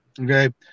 Okay